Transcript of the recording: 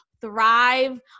thrive